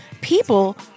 people